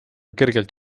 kergelt